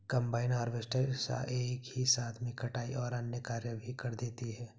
combine harvester एक ही साथ में कटाई और अन्य कार्य भी कर देती है